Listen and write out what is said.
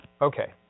Okay